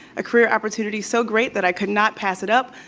a career opportunity so great that i could not pass it up,